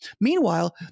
Meanwhile